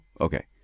Okay